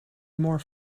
more